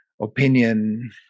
opinion